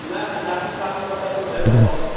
नहि नहि जाति पातिपर कतहु भेदभाव हम